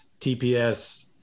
tps